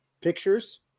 pictures